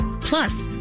Plus